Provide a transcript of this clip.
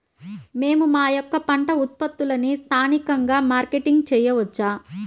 మేము మా యొక్క పంట ఉత్పత్తులని స్థానికంగా మార్కెటింగ్ చేయవచ్చా?